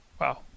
Wow